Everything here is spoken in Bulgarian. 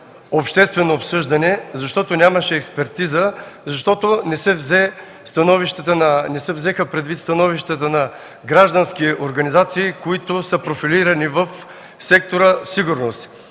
обществено обсъждане, защото нямаше експертиза, защото не се взеха предвид становищата на гражданските организации, профилирани в сектор „Сигурност”.